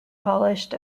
polished